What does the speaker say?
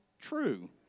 true